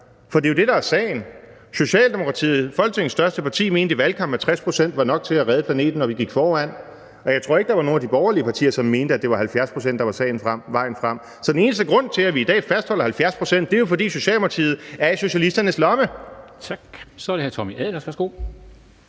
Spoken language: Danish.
For det er det, der er sagen. Socialdemokratiet, Folketingets største parti, mente i valgkampen, at 60 pct. var nok til at redde planeten, og at vi gik foran. Og jeg tror ikke, der var nogen af de borgerlige partier, som mente, at det var 70 pct., der var vejen frem. Så den eneste grund til, at vi i dag fastholder 70 pct., er, at Socialdemokratiet er i socialisternes lomme. Kl. 11:26 Formanden